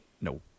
No